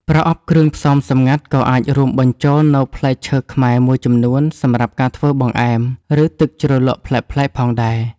ប្រអប់គ្រឿងផ្សំសម្ងាត់ក៏អាចរួមបញ្ចូលនូវផ្លែឈើខ្មែរមួយចំនួនសម្រាប់ការធ្វើបង្អែម ឬទឹកជ្រលក់ប្លែកៗផងដែរ។